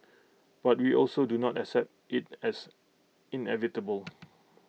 but we also do not accept IT as inevitable